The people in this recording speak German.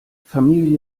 familie